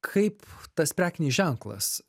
kaip tas prekinis ženklas